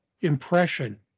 impression